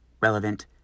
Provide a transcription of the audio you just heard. relevant